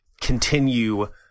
continue